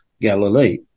Galilee